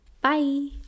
Bye